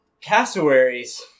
Cassowaries